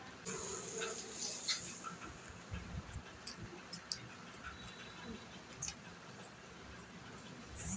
पंजाब में बिहार से खेतिहर मजूर खूब जात बाने